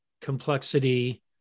complexity